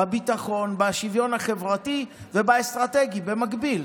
בביטחון, בשוויון החברתי ובאסטרטגי במקביל.